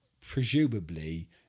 presumably